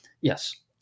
Yes